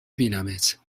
بینمت